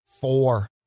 four